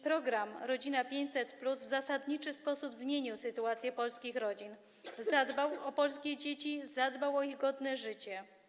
Program „Rodzina 500+” w zasadniczy sposób zmienił sytuację polskich rodzin, zadbał o polskie dzieci, zadbał o ich godne życie.